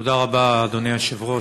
תודה רבה, אדוני היושב-ראש.